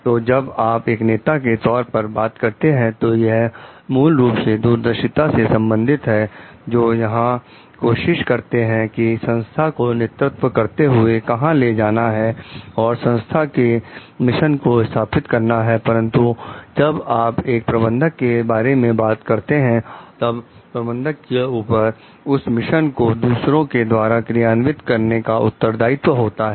तो जब आप एक नेता के बारे में बात करते हैं तो यह मूल रूप से दूरदर्शिता से संबंधित है जो यह कोशिश करते हैं कि संस्था को नेतृत्व करते हुए कहां ले जाना है और संस्था के मिशन को स्थापित करना है परंतु जब आप एक प्रबंधक के बारे में बात करते हैं तब प्रबंधक के ऊपर उस मिशन को दूसरों के द्वारा क्रियान्वित करने का उत्तरदायित्व होता है